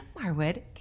Marwood